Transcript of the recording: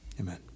Amen